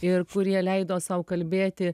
ir kurie leido sau kalbėti